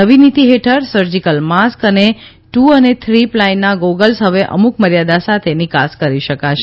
નવી નીતિ હેઠળ સર્જિકલ માસ્ક અને ટુ અને થ્રી પ્લાયના ગોગલ્સ હવે અમુક મર્યાદા સાથે નિકાસ કરી શકાશે